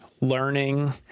learning